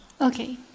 Okay